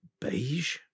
beige